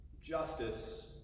justice